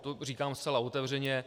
To říkám zcela otevřeně.